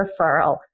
referral